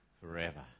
forever